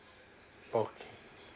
okay